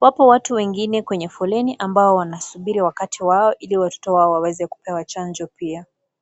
Wapo watu wengine kwenye foleni ambao wanasubiri wakati wao ili watoto wao waweze kupewa chanjo pia.